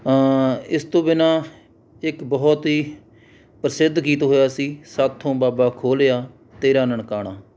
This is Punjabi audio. ਇਸ ਤੋਂ ਬਿਨਾ ਇੱਕ ਬਹੁਤ ਹੀ ਪ੍ਰਸਿੱਧ ਗੀਤ ਹੋਇਆ ਸੀ ਸਾਡੇ ਤੋਂ ਬਾਬਾ ਖੋਹ ਲਿਆ ਤੇਰਾ ਨਨਕਾਣਾ